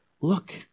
Look